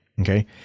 okay